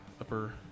Upper